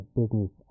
business